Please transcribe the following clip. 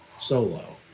solo